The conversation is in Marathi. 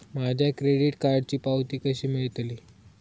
माझ्या क्रेडीट कार्डची पावती कशी मिळतली?